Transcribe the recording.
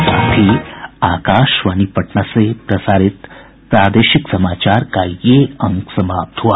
इसके साथ ही आकाशवाणी पटना से प्रसारित प्रादेशिक समाचार का ये अंक समाप्त हुआ